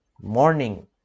morning